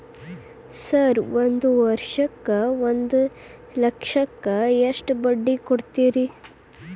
Sir ಒಂದು ವರ್ಷಕ್ಕ ಒಂದು ಲಕ್ಷಕ್ಕ ಎಷ್ಟು ಬಡ್ಡಿ ಕೊಡ್ತೇರಿ?